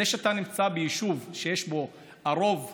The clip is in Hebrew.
זה שאתה נמצא ביישוב שבו הרוב דרוזים,